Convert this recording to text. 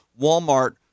Walmart